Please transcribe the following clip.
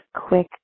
Quick